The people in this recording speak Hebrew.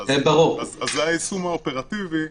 אז זה היישום האופרטיבי.